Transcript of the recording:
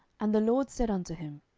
and the lord said unto him,